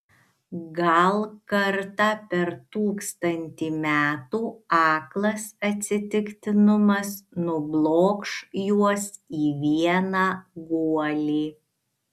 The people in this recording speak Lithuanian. gal kartą per tūkstantį metų aklas atsitiktinumas nublokš juos į vieną guolį